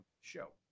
show